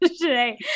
today